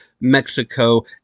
Mexico